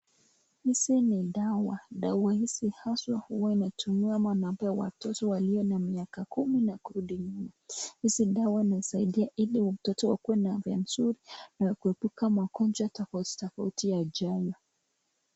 Hizi ni dawa. Dawa hizi haswa huwa inatumiwa ama inapewa watoto walio na miaka kumi na kurudi nyuma. Hizi dawa inasaidia ili mtoto akuwe na afya nzuri na kuepuka magonjwa tofauti tofauti ya jela